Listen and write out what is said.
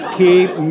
keep